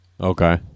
Okay